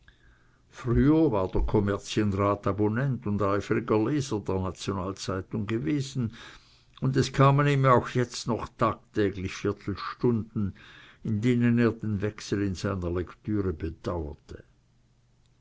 früher war der kommerzienrat abonnent und eifriger leser der nationalzeitung gewesen und es kamen ihm auch jetzt noch tagtäglich viertelstunden in denen er den wechsel in seiner lektüre bedauerte